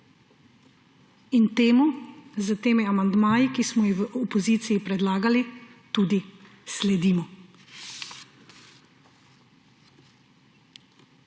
In temu s temi amandmaji, ki smo jih v opoziciji predlagali, tudi sledimo.